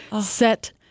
set